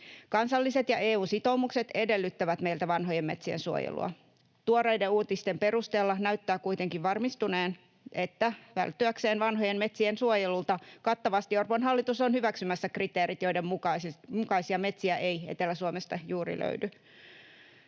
Kansalliset ja EU:n sitoumukset edellyttävät meiltä vanhojen metsien suojelua. Tuoreiden uutisten perusteella näyttää kuitenkin varmistuneen, että välttyäkseen vanhojen metsien suojelulta kattavasti Orpon hallitus on hyväksymässä kriteerit, joiden mukaisia metsiä ei Etelä-Suomesta juuri löydy.